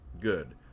good